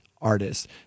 artists